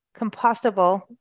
compostable